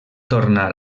tornar